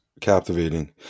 captivating